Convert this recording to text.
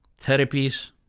therapies